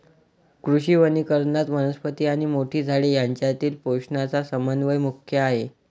कृषी वनीकरणात, वनस्पती आणि मोठी झाडे यांच्यातील पोषणाचा समन्वय मुख्य आहे